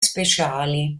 speciali